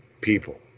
people